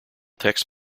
text